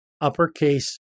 Uppercase